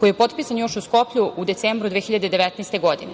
koji je potpisan još u Skoplju u decembru 2019. godine.